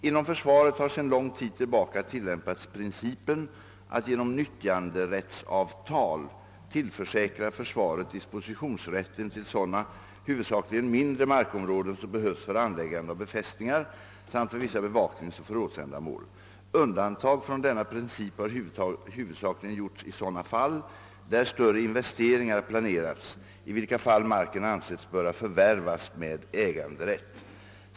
Inom försvaret har sedan lång tid tillbaka tillämpats principen att genom nyttjanderättsavtal tillförsäkra försvaret dispositionsrätten till sådana huvudsakligen mindre markområden som behövs för anläggande av befästningar samt för vissa bevakningsoch förrådsändamål. Undantag från denna princip har huvudsakligen gjorts i sådana fall där större investeringar planerats, i vilka fall marken ansetts böra förvärvas med äganderätt.